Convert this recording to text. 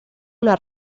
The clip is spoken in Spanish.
una